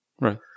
right